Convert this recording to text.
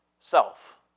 Self